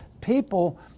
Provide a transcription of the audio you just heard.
people